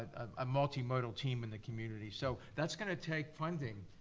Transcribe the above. a multi-modal team in the community. so that's gonna take funding.